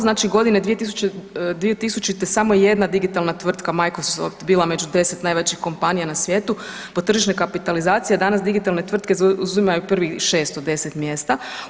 Znači godine 2000. samo je jedna digitalna tvrtka Microsoft bila među 10 najvećih kompanija na svijetu po tržišnoj kapitalizaciji, a danas digitalne tvrtke zauzimaju prvih 6 od 10 mjesta.